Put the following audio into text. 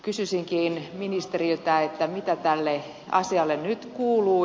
kysyisinkin ministeriltä mitä tälle asialle nyt kuuluu